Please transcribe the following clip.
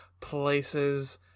places